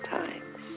times